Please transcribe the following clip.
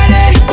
Ready